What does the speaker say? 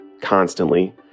constantly